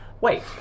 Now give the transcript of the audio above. Wait